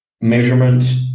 measurement